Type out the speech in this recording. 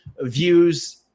views